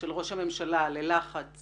של ראש הממשלה ללחץ